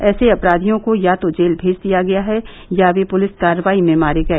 ऐसे अपराधियों को या तो जेल भेज दिया गया है या वे पुलिस कार्रवाई में मारे गए